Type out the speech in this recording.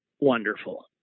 wonderful